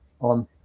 on